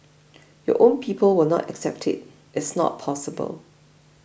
your own people will not accept it it's not possible